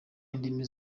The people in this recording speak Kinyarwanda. indimi